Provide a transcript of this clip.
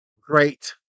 great